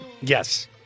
Yes